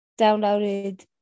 downloaded